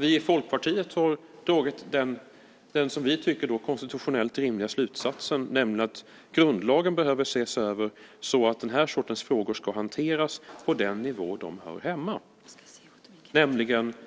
Vi i Folkpartiet har dragit den som vi tycker konstitutionellt rimliga slutsatsen, nämligen att grundlagen behöver ses över. Den här sortens frågor ska hanteras på den nivå där de hör hemma, alltså